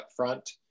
upfront